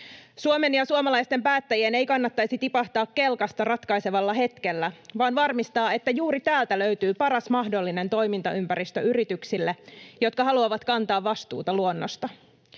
Suomen ja suomalaisten päättäjien ei kannattaisi tipahtaa kelkasta ratkaisevalla hetkellä vaan varmistaa, että juuri täältä löytyy paras mahdollinen toimintaympäristö yrityksille, jotka haluavat kantaa vastuuta luonnosta.